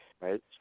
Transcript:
right